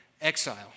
exile